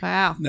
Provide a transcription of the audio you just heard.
Wow